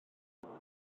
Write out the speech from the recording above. allech